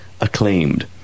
acclaimed